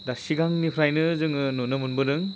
दा सिगांनिफ्रायनो जोङो नुनो मोनबोदों